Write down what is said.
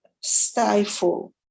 stifle